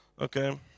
Okay